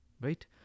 Right